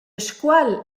scuol